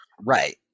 Right